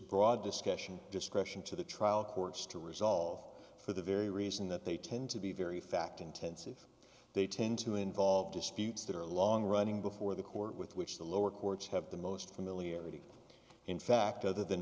broad discretion discretion to the trial courts to resolve for the very reason that they tend to be very fact intensive they tend to involve disputes that are long running before the court with which the lower courts have the most familiar in fact other than